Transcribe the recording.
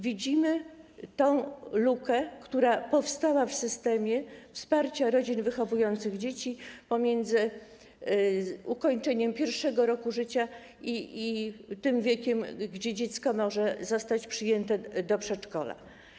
Widzimy lukę, która powstała w systemie wsparcia rodzin wychowujących dzieci pomiędzy ukończeniem 1. roku życia a tym wiekiem, kiedy dziecko może zostać przyjęte do przedszkola.